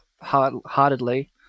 heartedly